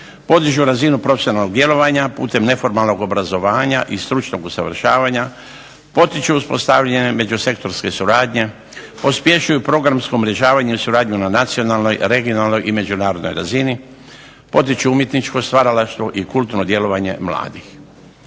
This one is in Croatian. podižu razinu profesionalnog djelovanja putem neformalnog obrazovanja i stručnog usavršavanja, potiče uspostavljanje međusektorske suradnje, pospješuje programsko umrežavanje i suradnju na nacionalnoj, regionalnoj i međunarodnoj razini, potiču umjetničko stvaralaštvo i kulturno djelovanje mladih.